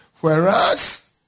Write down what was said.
Whereas